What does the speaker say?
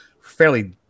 fairly